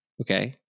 okay